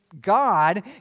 God